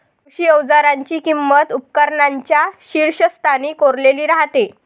कृषी अवजारांची किंमत उपकरणांच्या शीर्षस्थानी कोरलेली राहते